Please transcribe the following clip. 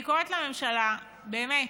אני קוראת לממשלה, באמת: